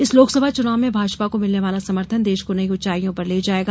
इस लोकसभा चुनाव में भाजपा को मिलने वाला समर्थन देश को नई ऊंचाईयों पर ले जायेगा